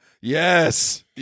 Yes